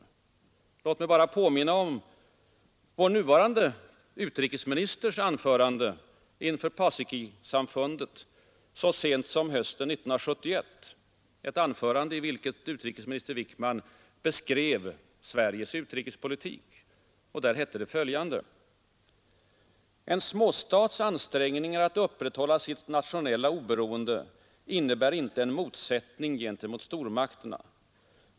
Låt mig bara påminna om vår nuvarande utrikesministers anförande inför Paasikivisamfundet så sent som den 27 november 1971, ett anförande i vilket utrikesminister Wickman beskrev Sveriges utrikespolitik: ”En småstats ansträngningar att upprätthålla sitt nationella oberoende innebär inte en motsättning gentemot stormakterna.